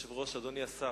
אדוני היושב-ראש, אדוני השר,